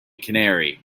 canary